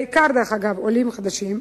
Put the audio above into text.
דרך אגב בעיקר עולים חדשים,